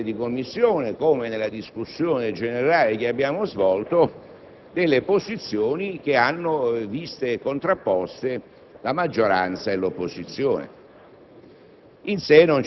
tanto in sede di Commissione come nella discussione generale che abbiamo svolto, posizioni che hanno visto contrapposte la maggioranza e l'opposizione.